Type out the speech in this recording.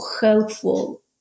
helpful